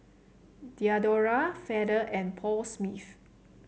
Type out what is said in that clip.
Diadora Feather and Paul Smith